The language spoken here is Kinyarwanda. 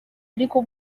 ariko